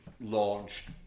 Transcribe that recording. launched